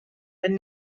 and